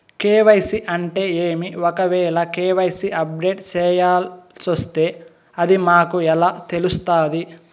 KYC అంటే ఏమి? ఒకవేల కె.వై.సి అప్డేట్ చేయాల్సొస్తే అది మాకు ఎలా తెలుస్తాది?